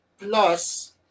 Plus